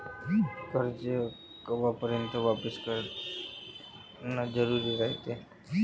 कर्ज कवापर्यंत वापिस करन जरुरी रायते?